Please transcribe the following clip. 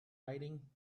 writing